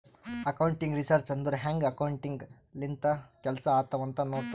accounting research ಅಂದುರ್ ಹ್ಯಾಂಗ್ accounting ಲಿಂತ ಕೆಲ್ಸಾ ಆತ್ತಾವ್ ಅಂತ್ ನೋಡ್ತುದ್